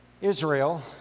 Israel